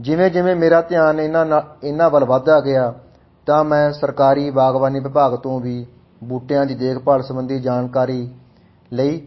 ਜਿਵੇਂ ਜਿਵੇਂ ਮੇਰਾ ਧਿਆਨ ਇਹਨਾਂ ਨਾ ਇਹਨਾਂ ਵੱਲ ਵੱਧਦਾ ਗਿਆ ਤਾਂ ਮੈਂ ਸਰਕਾਰੀ ਬਾਗ਼ਬਾਨੀ ਵਿਭਾਗ ਤੋਂ ਵੀ ਬੂਟਿਆਂ ਦੀ ਦੇਖਭਾਲ ਸੰਬੰਧੀ ਜਾਣਕਾਰੀ ਲਈ